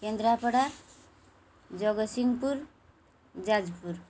Kendrapara Jagatsinghpur Jajpur